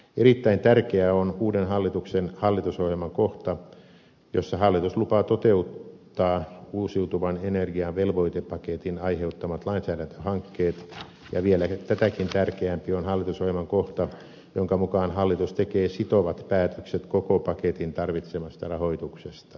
erittäin tärkeä on uuden hallituksen hallitusohjelman kohta jossa hallitus lupaa toteuttaa uusiutuvan energian velvoitepaketin aiheuttamat lainsäädäntöhankkeet ja vielä tätäkin tärkeämpi on hallitusohjelman kohta jonka mukaan hallitus tekee sitovat päätökset koko paketin tarvitsemasta rahoituksesta